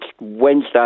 Wednesday